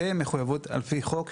זו מחויבות של השר על פי חוק.